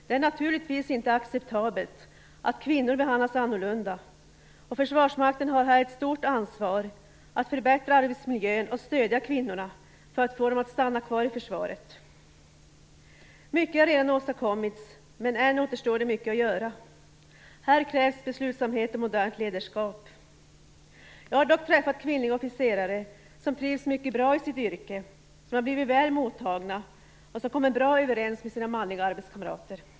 Det är naturligtvis inte acceptabelt att kvinnor behandlas annorlunda, och Försvarsmakten har här ett stort ansvar att förbättra arbetsmiljön och stödja kvinnorna för att få dem att stanna kvar i försvaret. Mycket har redan åstadkommits, men än återstår det mycket att göra. Här krävs beslutsamhet och modernt ledarskap. Jag har dock träffat kvinnliga officerare som trivs mycket bra i sitt yrke, som blivit väl mottagna och som kommer bra överens med sina manliga arbetskamrater.